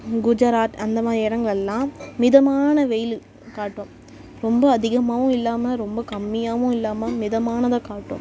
குஜராத் அந்த மாதிரி இடங்கள்லாம் மிதமான வெயில் காட்டும் ரொம்ப அதிகமாகவும் இல்லாமல் ரொம்ப கம்மியாகவும் இல்லாமல் மிதமானதாக காட்டும்